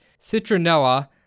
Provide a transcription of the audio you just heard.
citronella